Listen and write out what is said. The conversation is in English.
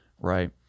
right